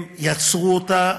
הם יצרו אותה,